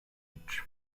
each